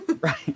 right